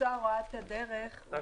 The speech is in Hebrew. מקצוע הוראת הדרך הוא